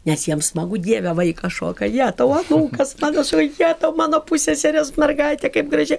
nes jiems smagu dieve vaikas šoka jetau anūkas mano čia o jetau mano pusseserės mergaitė kaip gražiai